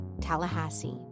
Tallahassee